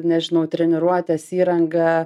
nežinau treniruotes įrangą